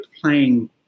playing